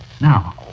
now